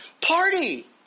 Party